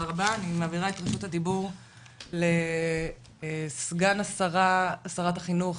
אני מעבירה את רשות הדיבור לסגן שרת החינוך,